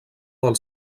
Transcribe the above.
del